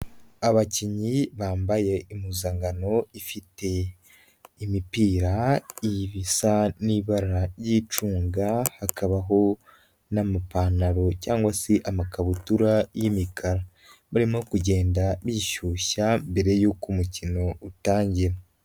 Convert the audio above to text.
Abakinnyi bambaye impuzankano ifite imipira iba isa n'ibara y'icunga, hakabaho n'amapantaro cyangwa se amakabutura y'imikara, barimo kugenda bishyushya mbere y'uko umukino utangira.